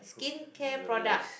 skincare products